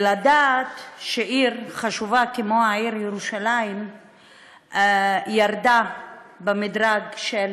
ולדעת שעיר חשובה כמו העיר ירושלים ירדה במדרג של